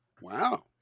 Wow